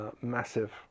massive